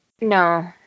No